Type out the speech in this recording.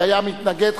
קיים מתנגד,